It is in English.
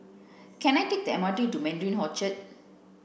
can I take the M R T to Mandarin Orchard